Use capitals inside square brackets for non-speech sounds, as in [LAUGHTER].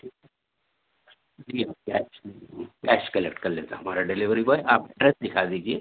ٹھیک ہے جی کیش کیش کلکٹ کر لیتا ہوں ہمارا ڈیلیوری بوائے آپ [UNINTELLIGIBLE] دکھا دیجیے